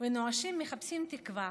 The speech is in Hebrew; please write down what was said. ונואשים מחפשים תקווה